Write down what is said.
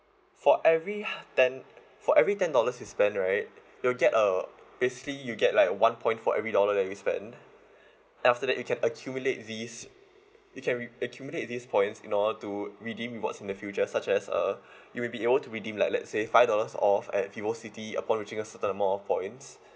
for every ten for every ten dollars you spend right you'll get a basically you get like one point for every dollar that you spend then after that you can accumulate these you can re~ accumulate these points in order to redeem rewards in the future such as uh you will be able to redeem like let's say five dollars off at vivocity upon reaching a certain amount of points